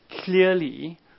clearly